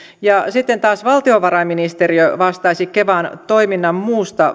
ja sitten taas valtiovarainministeriö vastaisi kevan toiminnan muusta